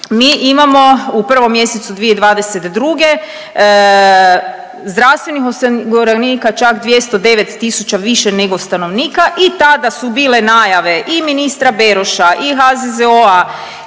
mi imamo u 1. mjesecu 2022. zdravstvenih osiguranika čak 209 tisuća više nego stanovnika. I tada su bile najave i ministra Beroša i HZZO-a